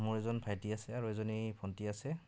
মোৰ এজন ভাইটি আছে আৰু এজনী ভণ্টী আছে